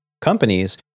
companies